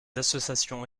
associations